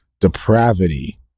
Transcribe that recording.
depravity